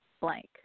blank